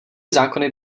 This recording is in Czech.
zákony